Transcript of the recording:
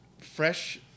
Fresh